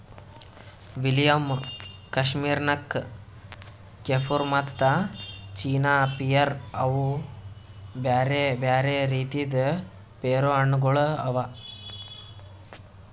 William, Kashmir ನಕ್, ಕೆಫುರ್ ಮತ್ತ ಚೀನಾ ಪಿಯರ್ ಇವು ಬ್ಯಾರೆ ಬ್ಯಾರೆ ರೀತಿದ್ ಪೇರು ಹಣ್ಣ ಗೊಳ್ ಅವಾ